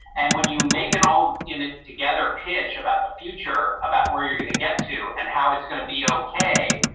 and when you make it all in it together, pitch about the future, about where you're going to get to and how it's gonna be okay.